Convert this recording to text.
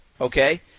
okay